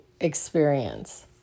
experience